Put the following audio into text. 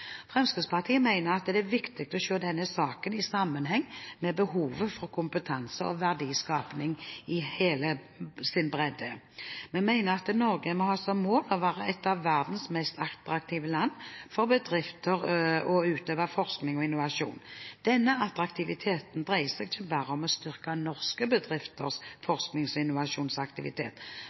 Fremskrittspartiet mener at det er viktig å se denne saken i sammenheng med behovet for kompetanse og verdiskaping i all sin bredde. Vi mener at Norge må ha som mål å være et av verdens mest attraktive land for bedrifter når det gjelder å utøve forskning og innovasjon. Denne attraktiviteten dreier seg ikke bare om å styrke norske bedrifters forsknings- og innovasjonsaktivitet.